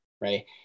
right